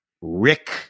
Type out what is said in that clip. Rick